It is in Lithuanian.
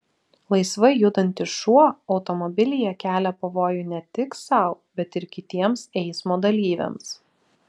laisvai judantis šuo automobilyje kelia pavojų ne tik sau bet ir kitiems eismo dalyviams